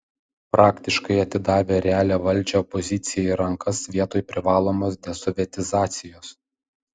praktiškai atidavę realią valdžią opozicijai į rankas vietoj privalomos desovietizacijos